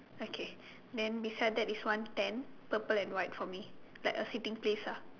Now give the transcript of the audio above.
okay then beside that is one tent purple and white for me like a sitting place ah